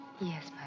Yes